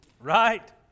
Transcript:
Right